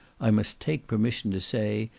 i must take permission to say,